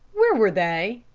where were they?